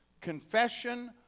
confession